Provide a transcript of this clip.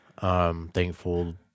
Thankful